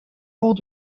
rang